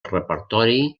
repertori